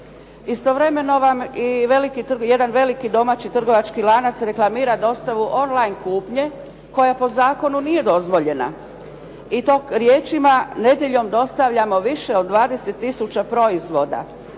Istovremeno vam i jedan veliki domaći trgovački lanac reklamira dostavu on-line kupnje koja po zakonu nije dozvoljena i to riječima: "Nedjeljom dostavljamo više od 20 tisuća proizvoda."